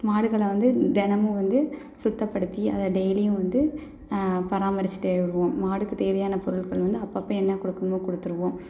மாடுகளை வந்து தினமும் வந்து சுத்தப்படுத்தி அதை டெயிலியும் வந்து பராமரிச்சிகிட்டே வருவோம் மாடுக்கு தேவையான பொருள்கள் வந்து அப்பப்போ என்ன கொடுக்கணுமோ கொடுத்துடுவோம்